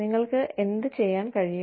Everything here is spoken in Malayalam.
നിങ്ങൾക്ക് എന്ത് ചെയ്യാൻ കഴിയും